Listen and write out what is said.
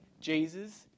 Jesus